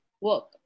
work